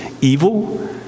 evil